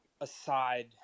aside